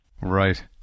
Right